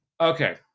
okay